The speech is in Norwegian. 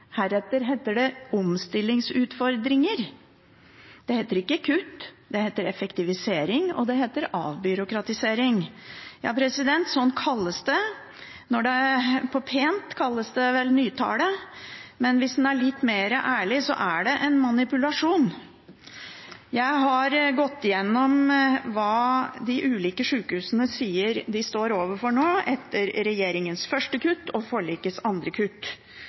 Heretter heter det omstillingsutfordringer. Det heter ikke kutt, det heter effektivisering, og det heter avbyråkratisering. Sånn kalles det. På pent kalles det vel nytale, men hvis en er litt ærligere, er det en manipulasjon. Jeg har gått igjennom hva de ulike sykehusene sier de står overfor nå etter regjeringens første kutt og forlikets andre kutt.